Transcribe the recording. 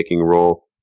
role